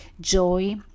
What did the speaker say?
joy